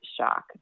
shock